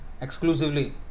Exclusively